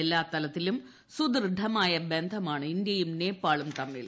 എല്ലാതലത്തിലും സുദൃഢമായ ബന്ധമാണ് ഇന്ത്യയും നേപ്പാളും തമ്മിൽ